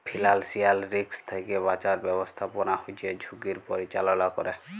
financial risk থ্যাকে বাঁচার ব্যাবস্থাপনা হচ্যে ঝুঁকির পরিচাললা ক্যরে